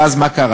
ואז מה קרה?